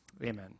Amen